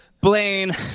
Blaine